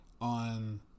on